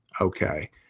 okay